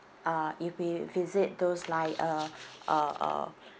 uh if we visit those like uh uh uh